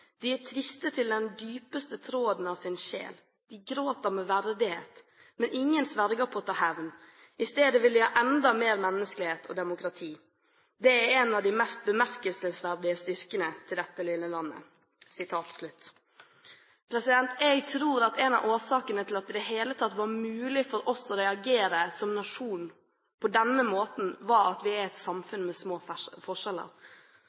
De er triste til den dypeste tråden av sin sjel. De gråter med verdighet. Men ingen sverger på å ta hevn. I stedet vil de ha enda mer menneskelighet og demokrati. Det er en av de mest bemerkelsesverdige styrkene til dette lille landet. Jeg tror at en av årsakene til at det i det hele tatt var mulig for oss å reagere på denne måten som nasjon, var at vi er et samfunn med små forskjeller.